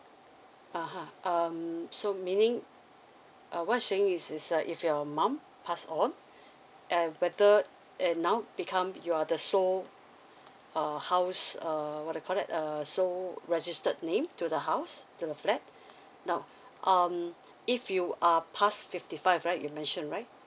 (uh huh) um so meaning was saying is uh if your mum passed on a whether uh now become you are the sole uh house uh what we called that uh sole registered name to the house to the flat now um if you uh pass fifty five right you mention right